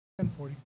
10.40